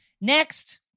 Next